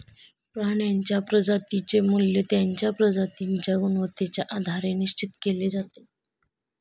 प्राण्यांच्या प्रजातींचे मूल्य त्यांच्या प्रजातींच्या गुणवत्तेच्या आधारे निश्चित केले जाते